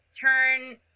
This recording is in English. turn